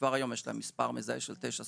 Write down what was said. שכבר היום יש להם מספר מזהה של תשע ספרות.